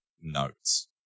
notes